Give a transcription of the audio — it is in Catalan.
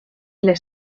les